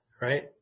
right